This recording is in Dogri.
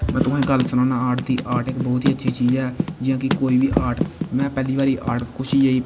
में तुसेंगी गल्ल सनाना आर्ट आर्ट इक्क बहोत ई अच्छी चीज़ ऐ जियां की कोई बी आर्ट में पैह्ली बारी आर्ट कुछ बी